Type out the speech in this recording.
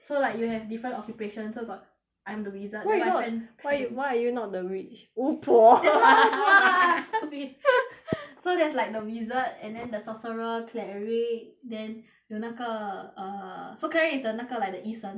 so like you have different occupations so got I'm the wizard why you not then my friend why~ why are you not the witch 巫婆 that's not 巫婆 lah stupid so there's like the wizard and then the sorcerer cleric then 有那个 err so cleric is the 那个 like the 医生